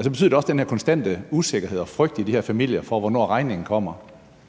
så betyder det også noget med den her konstante usikkerhed og frygt i de her familier for, hvornår regningen kommer.